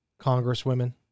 Congresswomen